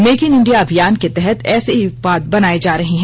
make in India अभियान के तहत ऐसे ही उत्पाद बनाए जा रहे हैं